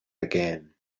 again